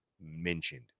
mentioned